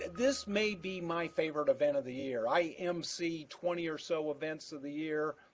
this may be my favorite event of the year. i emcee twenty or so events of the year,